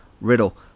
Riddle